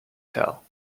tell